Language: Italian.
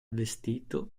vestito